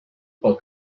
pel